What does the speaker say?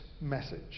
message